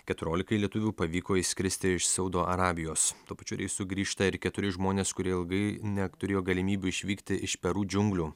keturiolikai lietuvių pavyko išskristi iš saudo arabijos tuo pačiu reisu grįžta ir keturi žmonės kurie ilgai neturėjo galimybių išvykti iš peru džiunglių